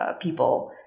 people